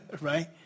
right